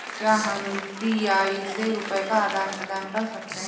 क्या हम यू.पी.आई से रुपये का आदान प्रदान कर सकते हैं?